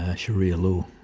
yeah sharia law.